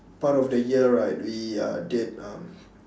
part of the year right we uh did uh